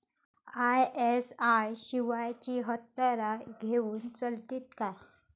ISI शिवायची हत्यारा घेऊन चलतीत काय?